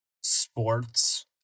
sports